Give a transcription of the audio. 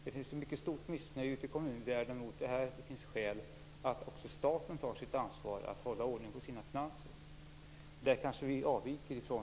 Det finns ett mycket stort missnöje ute i kommunvärlden med det här, och det finns skäl att också staten tar sitt ansvar för att hålla ordning på sina finanser. Där kanske vi avviker från